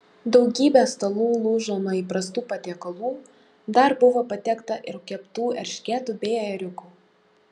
daugybė stalų lūžo nuo įprastų patiekalų dar buvo patiekta ir keptų eršketų bei ėriukų